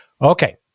Okay